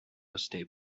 state